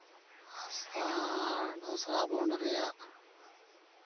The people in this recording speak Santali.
ᱟᱥᱟᱲ ᱥᱨᱟᱵᱚᱱ ᱨᱮᱭᱟᱜ